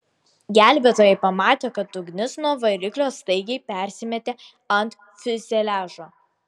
gelbėtojai pamatė kad ugnis nuo variklio staigiai persimetė ant fiuzeliažo